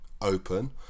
open